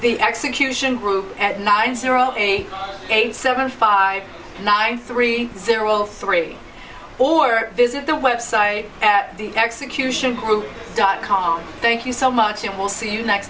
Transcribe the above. the execution group at nine zero zero eight eight seven five nine three zero three or visit the website at the execution dot com thank you so much and we'll see